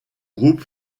groupe